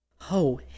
Oh